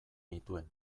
nituen